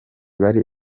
yari